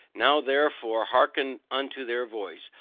now therefore hearken unto their voice,